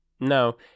No